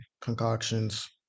concoctions